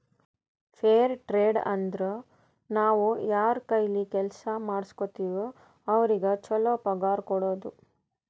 fire trade ಅಂದುರ್ ನಾವ್ ಯಾರ್ ಕೈಲೆ ಕೆಲ್ಸಾ ಮಾಡುಸ್ಗೋತಿವ್ ಅವ್ರಿಗ ಛಲೋ ಪಗಾರ್ ಕೊಡೋದು